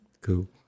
cool